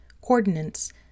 Coordinates